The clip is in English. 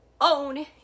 own